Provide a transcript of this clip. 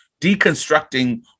deconstructing